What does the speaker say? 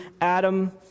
Adam